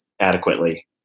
adequately